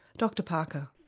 dr parker.